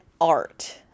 art